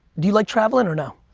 do you like traveling or no?